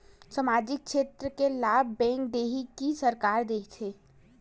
सामाजिक क्षेत्र के लाभ बैंक देही कि सरकार देथे?